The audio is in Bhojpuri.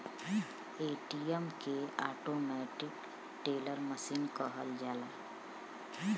ए.टी.एम के ऑटोमेटिक टेलर मसीन कहल जाला